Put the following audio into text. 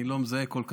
אני לא מזהה כל כך.